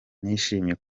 nishimye